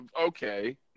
Okay